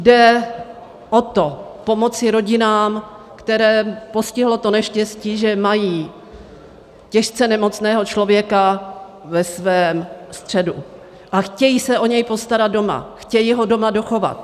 Jde o to, pomoci rodinám, které postihlo to neštěstí, že mají těžce nemocného člověka ve svém středu a chtějí se o něj postarat doma, chtějí ho doma dochovat.